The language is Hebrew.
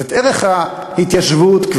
ערך ההתיישבות,